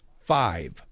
five